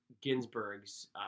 Ginsburg's